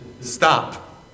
Stop